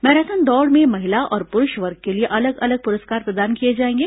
marathon दौड़ में महिला और पुरूष वर्ग के लिए अलग अलग पुरस्कार प्रदान किए जाएंगे